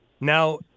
Now